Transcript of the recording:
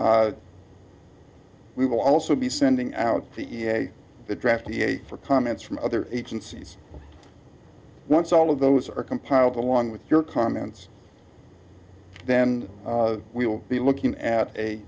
da we will also be sending out the the draft v a for comments from other agencies once all of those are compiled along with your comments then we will be looking at a